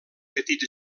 petits